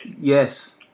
Yes